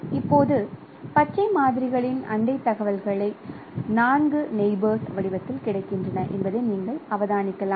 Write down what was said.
இப்போது பச்சை மாதிரிகளின் அண்டை தகவல்கள் நான்கு நெயிபோர்ஸ் வடிவத்தில் கிடைக்கின்றன என்பதை நீங்கள் அவதானிக்கலாம்